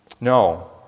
No